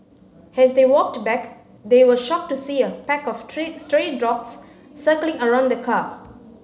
as they walked back they were shocked to see a pack of stray dogs circling around the car